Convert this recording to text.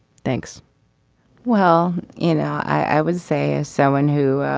thanks well you know i would say as someone who